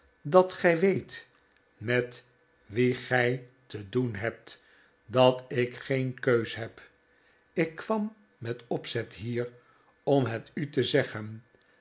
dat gij weet met wien gij te doen hebt dat ik geen keus heb ik kwam met opzet hier om het u te zeggen